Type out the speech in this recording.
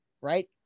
right